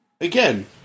Again